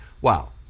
Wow